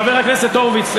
חבר הכנסת הורוביץ,